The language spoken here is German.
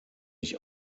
ich